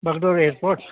Bagdogra airport